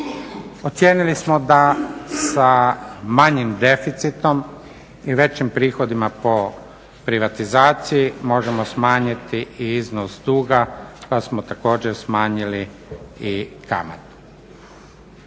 Ocijenili smo da sa manjim deficitom i većim prihodima po privatizaciji možemo smanjiti i iznos duga pa smo također smanjili i kamate.